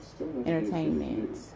entertainment